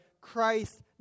Christ